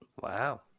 Wow